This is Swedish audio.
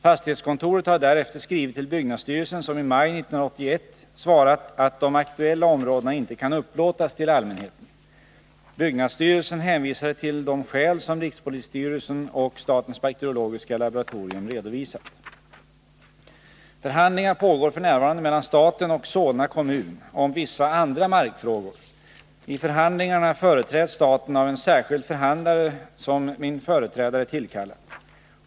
Fastighetskontoret har därefter skrivit till byggnadsstyrelsen, som i maj 1981 svarat att de aktuella områdena inte kan upplåtas till allmänheten. Byggnadsstyrelsen hänvisade till de skäl som rikspolisstyrelsen och statens bakteriologiska laboratorium redovisat. Förhandlingar pågår f. n. mellan staten och Solna kommun om vissa andra markfrågor. I förhandlingarna företräds staten av en särskild förhandlare som min företrädare tillkallat.